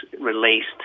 released